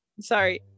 Sorry